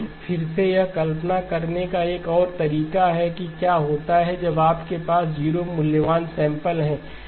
फिर से यह कल्पना करने का एक और तरीका है कि क्या होता है जब आपके पास 0 मूल्यवान सैंपल हैं